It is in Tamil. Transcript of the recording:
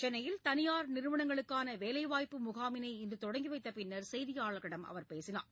சென்னையில் தனியார் நிறுவனங்களுக்கான வேலை வாய்ப்பு முகாமினை இன்று தொடங்கி வைத்த பின்னர் செய்தியாளர்களிடம் அவர் பேசினார்